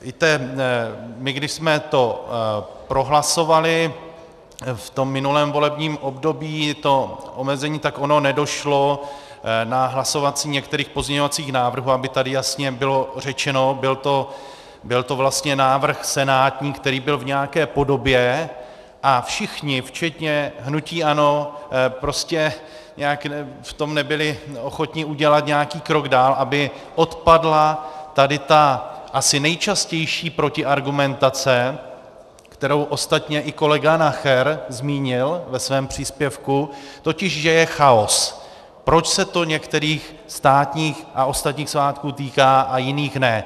Víte, když jsme prohlasovali v minulém volebním období to omezení, tak ono nedošlo na hlasování některých pozměňovacích návrhů, aby tady jasně bylo řečeno, byl to vlastně návrh senátní, který byl v nějaké podobě, a všichni včetně hnutí ANO prostě v tom nebyli ochotni udělat nějaký krok dál, aby odpadla tady ta asi nejčastější protiargumentace, kterou ostatně i kolega Nacher zmínil ve svém příspěvku, totiž že je chaos, proč se to některých státních a ostatních svátků týká a jiných ne.